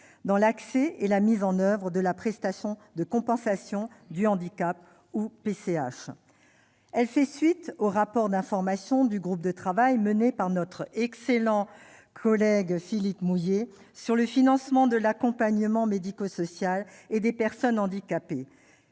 handicapées pour accéder à la prestation de compensation du handicap, ou PCH. Elle fait suite au rapport d'information du groupe de travail mené par notre excellent collègue Philippe Mouiller sur le financement de l'accompagnement médico-social des personnes handicapées.